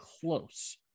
close